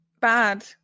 Bad